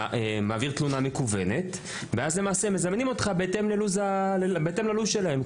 אתה מעביר תלונה מקוונת ואז מזמנים אותך בהתאם ללו"ז שלהם.